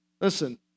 Listen